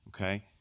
Okay